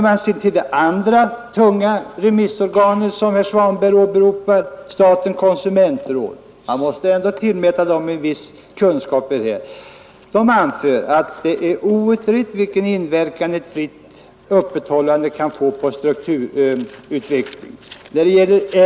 Det andra tunga remissorganet som herr Svanberg åberopade är statens konsumentråd — man måste ändå tillmäta rådet en viss kunskap på detta område. Rådet anför att det är outrett vilken inverkan ett fritt öppethållande kan få på strukturutvecklingen.